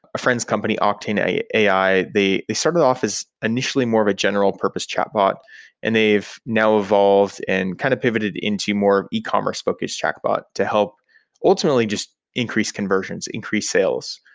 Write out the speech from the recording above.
a friend's company, octane ai. they they started off as initially more of a general purpose chat bot and they've now evolved and kind of pivoted into more ecommerce bookish chat bot to help ultimately just increase conversions, increase sales.